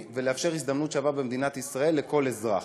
ולאפשר הזדמנות שווה במדינת ישראל לכל אזרח,